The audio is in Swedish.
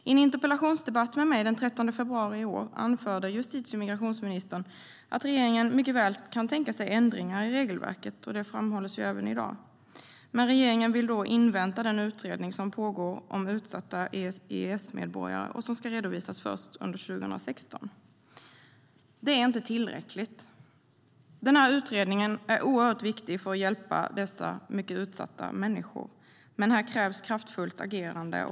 I en interpellationsdebatt med mig den 13 februari i år anförde justitie och migrationsministern att regeringen mycket väl kan tänka sig ändringar i regelverket, och det framhålls även i dag. Regeringen vill dock invänta den utredning som pågår om utsatta EES-medborgare som ska redovisas först 2016.Det är inte tillräckligt. Denna utredning är viktig för att hjälpa dessa utsatta människor, men här krävs ett kraftfullt agerande.